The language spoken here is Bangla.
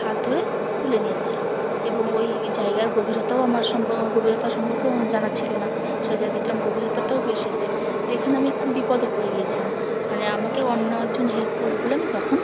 হাত ধরে তুলে নিয়েছে এবং ওই জায়গার গভীরতাও আমার সম্প গভীরতা সম্পর্কেও আমার জানা ছিল না সে জায়গায় দেখলাম গভীরতাটাও বেশি আছে তো এখানে আমি একটা বিপদে পড়ে গিয়েছিলাম মানে আমাকে অন্য একজন হেল্প করলো বলে আমি তখন